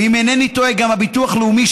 ואם אינני טועה גם הביטוח הלאומי,